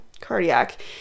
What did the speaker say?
cardiac